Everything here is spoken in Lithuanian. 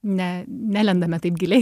ne nelendame taip giliai